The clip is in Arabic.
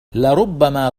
لربما